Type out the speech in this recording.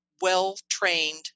well-trained